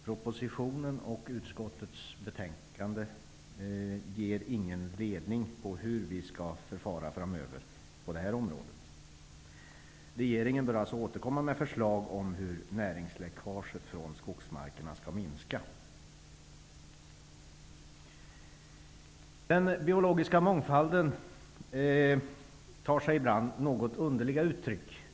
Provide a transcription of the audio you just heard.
Propositionen och utskottets betänkande ger ingen ledning om hur vi skall förfara framöver på detta område. Regeringen bör alltså återkomma med förslag om hur näringsläckaget från skogsmarkerna skall minska. Den biologiska mångfalden tar sig ibland något underliga uttryck.